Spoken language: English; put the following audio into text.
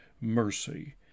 mercy